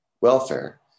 welfare